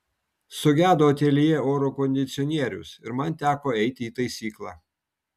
sugedo ateljė oro kondicionierius ir man teko eiti į taisyklą